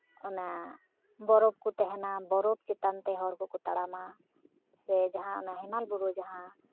ᱚᱱᱟ ᱵᱚᱨᱚᱯᱷ ᱠᱚ ᱛᱟᱦᱮᱱᱟ ᱵᱚᱨᱚᱯᱷ ᱪᱮᱛᱟᱱ ᱛᱮ ᱦᱚᱲ ᱠᱚᱠᱚ ᱛᱟᱲᱟᱢᱟ ᱥᱮ ᱡᱟᱦᱟᱸ ᱚᱱᱟ ᱦᱮᱢᱟᱞ ᱵᱩᱨᱩ ᱡᱟᱦᱟᱸ